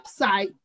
website